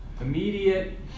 immediate